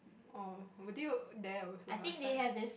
oh were you there also last time